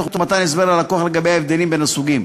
תוך מתן הסבר ללקוח לגבי ההבדלים בין הסוגים,